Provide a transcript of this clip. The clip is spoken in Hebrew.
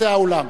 בקצה האולם.